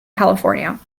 california